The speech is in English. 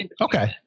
Okay